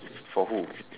for who